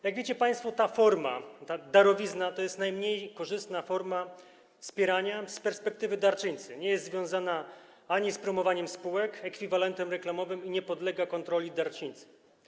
Jak wiecie państwo, ta forma, ta darowizna to jest najmniej korzystna forma wspierania z perspektywy darczyńcy, nie jest związana z promowaniem spółek ekwiwalentem reklamowym i nie podlega kontroli darczyńcy.